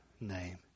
name